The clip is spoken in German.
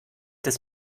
des